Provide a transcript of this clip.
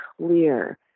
clear